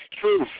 Truth